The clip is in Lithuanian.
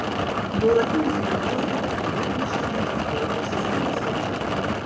nuolatinis monitoringas turėtų užtikrinti sklandų sistemos veikimą